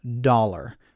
dollar